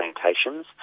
plantations